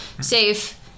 safe